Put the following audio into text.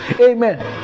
Amen